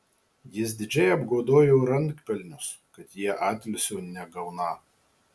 jis didžiai apgodojo rankpelnius kad jie atilsio negauną